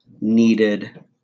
needed